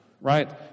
right